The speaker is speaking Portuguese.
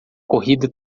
corrida